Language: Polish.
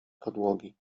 podłogi